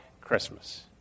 Christmas